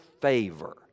favor